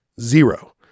zero